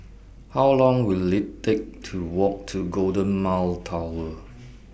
How Long Will IT Take to Walk to Golden Mile Tower